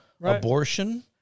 abortion